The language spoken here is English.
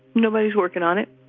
nobody's working on it.